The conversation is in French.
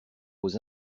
aux